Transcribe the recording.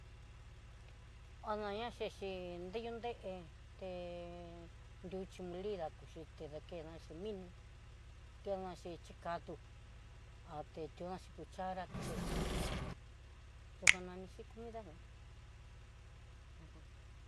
A ná ña chexhi nriyu nré'e nruchí molida kuxhi ti daké na chin minó, kenna xhi chikatú a té tiona xhí cuchara, teche xhinaxi tó kanaxhi comida jém ajam.